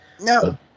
no